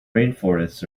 rainforests